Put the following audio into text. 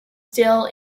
still